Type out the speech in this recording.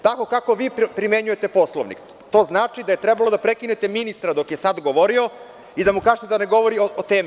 Tako kako vi primenjujte Poslovnik, to znači da je trebalo da prekinete ministra dok je sada govorio i da mu kažete da ne govori o temi.